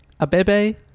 Abebe